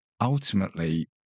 ultimately